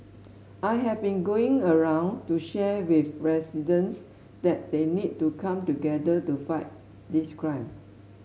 I have been going around to share with residents that they need to come together to fight this crime